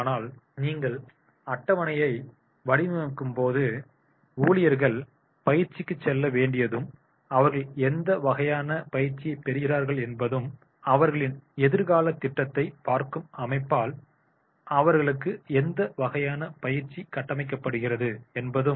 ஆனால் நாங்கள் அட்டவணையை வடிவமைக்கும்போது ஊழியர்கள் பயிற்சிக்குச் செல்ல வேண்டியதும் அவர்கள் எந்த வகையான பயிற்சியைப் பெறுகிறார்கள் என்பதும் அவர்களின் எதிர்காலத் திட்டத்தைப் பார்க்கும் அமைப்பால் அவர்களுக்கு எந்த வகையான பயிற்சி கட்டாயமாக்கப்படுகிறது என்பதும்